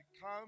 come